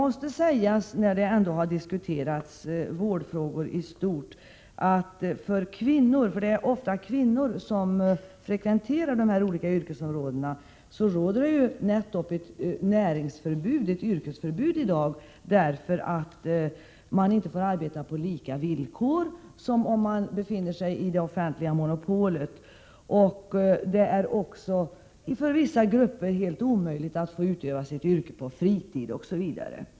Här har diskuterats vårdfrågor i stort, och då måste det sägas att för dessa kvinnor — för det är ju ofta kvinnor som finns i de här yrkesområdena — råder det nästan ett yrkesförbud i dag, eftersom man inte får arbeta på lika villkor som när man befinner sig inom det offentliga monopolet. För vissa grupper är det också helt omöjligt att få utöva sitt yrke på fritid osv.